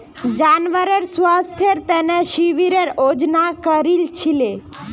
जानवरेर स्वास्थ्येर तने शिविरेर आयोजन करील छिले